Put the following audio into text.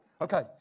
Okay